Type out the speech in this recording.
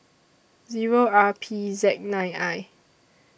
R P Z nine I